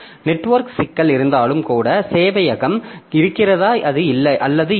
network சிக்கல் இருந்தாலும் கூட சேவையகம் இருக்கிறதா அல்லது இல்லை